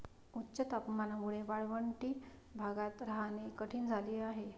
उच्च तापमानामुळे वाळवंटी भागात राहणे कठीण झाले आहे